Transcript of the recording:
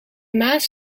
maas